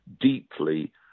deeply